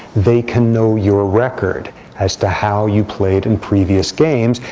they can know your record as to how you played in previous games.